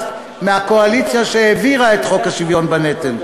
מהקואליציה שהעבירה את חוק השוויון בנטל,